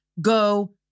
go